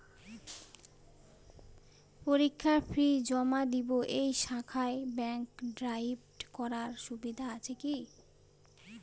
পরীক্ষার ফি জমা দিব এই শাখায় ব্যাংক ড্রাফট করার সুবিধা আছে কি?